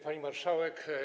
Pani Marszałek!